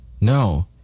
No